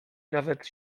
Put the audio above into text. nawet